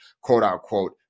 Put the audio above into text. quote-unquote